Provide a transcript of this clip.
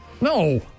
No